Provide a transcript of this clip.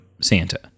Santa